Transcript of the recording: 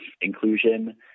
inclusion